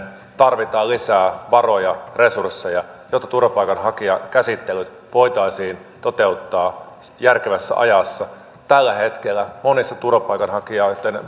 tarvitaan lisää varoja resursseja jotta turvapaikanhakijakäsittelyt voitaisiin toteuttaa järkevässä ajassa tällä hetkellä monissa turvapaikanhakijoitten